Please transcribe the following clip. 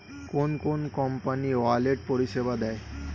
কোন কোন company wallet পরিষেবা দেয়?